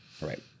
Right